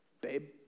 babe